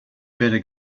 better